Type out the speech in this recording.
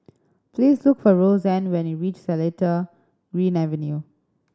please look for Roseann when you reach Seletar Green Avenue